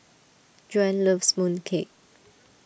Joan loves Mooncake